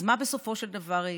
אז מה בסופו של דבר יהיה?